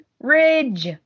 Ridge